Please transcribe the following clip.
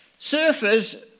Surfers